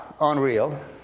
unreal